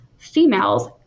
females